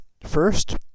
First